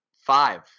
five